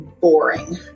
boring